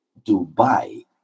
Dubai